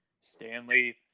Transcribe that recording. Stanley